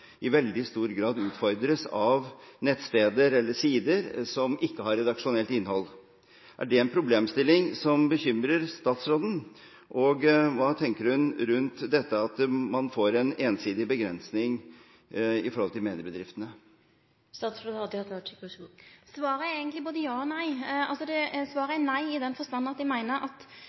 i veldig stor grad utfordres av nettsteder eller -sider som ikke har redaksjonelt innhold. Er det en problemstilling som bekymrer statsråden? Hva tenker hun rundt dette med at man får en ensidig begrensning i mediebedriftene? Svaret er eigentleg både ja og nei. Svaret er nei i den forstand at eg meiner at